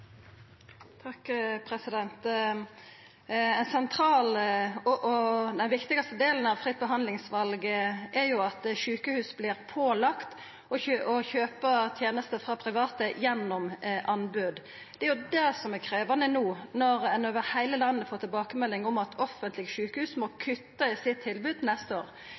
og den viktigaste delen – av fritt behandlingsval er at sjukehus vert pålagde å kjøpa tenester frå private gjennom anbod. Det er det som er krevjande no når ein over heile landet får tilbakemelding om at offentlege sjukehus må kutta i tilbodet sitt til neste år.